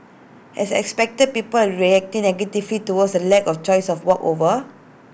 as expected people are reacting negatively towards the lack of choice of A walkover